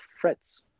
frets